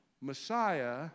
Messiah